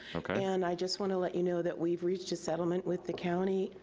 okay. and i just wanna let you know that we've reached a settlement with the county,